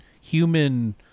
human